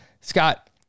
Scott